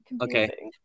Okay